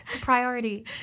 priority